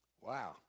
Wow